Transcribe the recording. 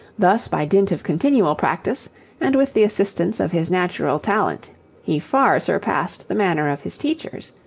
thus by dint of continual practice and with the assistance of his natural talent he far surpassed the manner of his teachers.